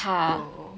oh